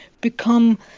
become